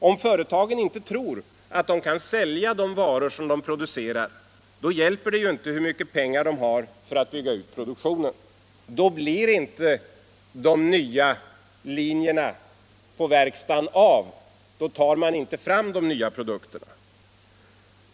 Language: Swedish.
Om företagen inte tror att de kan sälja de varor som de producerar, hjälper det ju inte hur mycket pengar de än har för att bygga ut produktionen. Då blir inte de nya linjerna på verkstaden av, då tar man inte fram de nya produkterna.